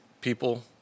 people